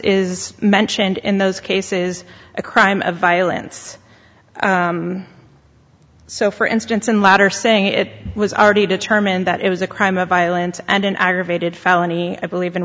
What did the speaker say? is mentioned in those cases a crime of violence so for instance in latter saying it was already determined that it was a crime of violence and an aggravated felony i believe in